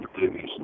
movies